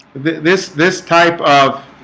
this this type of